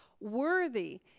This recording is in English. worthy